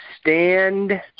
stand